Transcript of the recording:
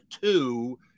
two